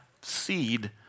seed